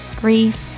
grief